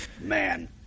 man